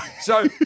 So-